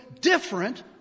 different